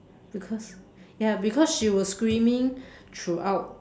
because ya because she was screaming throughout